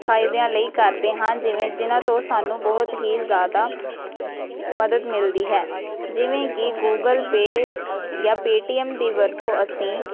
ਫਾਇਦਿਆ ਲਈ ਕਰਦੇ ਹਾਂ ਜਿਵੇਂ ਜਿਨ੍ਹਾਂ ਤੋਂ ਸਾਨੂੰ ਬਹੁਤ ਹੀ ਜ਼ਿਆਦਾ ਮਦਦ ਮਿਲਦੀ ਹੈ ਜਿਵੇਂ ਕਿ ਗੂਗਲ ਪੇ ਜਾਂ ਪੇਟੀਐੱਮ ਦੀ ਵਰਤੋਂ ਅਸੀਂ